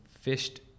fished